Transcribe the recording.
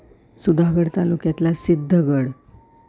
सुधागड तालुक्यातला सिद्धगड